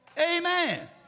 Amen